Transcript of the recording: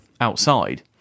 outside